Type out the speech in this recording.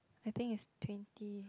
I think it's twenty